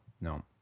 no